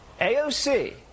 AOC